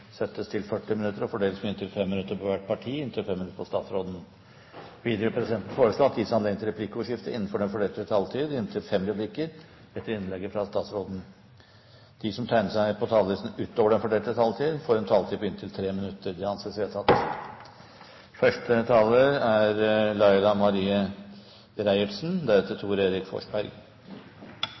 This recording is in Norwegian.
til 40 minutter og fordeles med inntil 5 minutter til hvert parti og inntil 5 minutter til statsråden. Videre vil presidenten foreslå at det gis anledning til replikkordskifte på inntil fem replikker med svar etter innlegget fra statsråden innenfor den fordelte taletid. Videre blir det foreslått at de som tegner seg på talerlisten utover den fordelte taletid, får en taletid på inntil 3 minutter. – Det anses vedtatt.